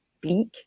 bleak